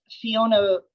Fiona